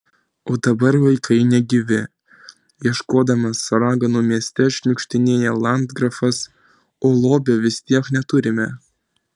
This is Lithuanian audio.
o dabar vaikai negyvi ieškodamas raganų mieste šniukštinėja landgrafas o lobio vis tiek neturime